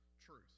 truth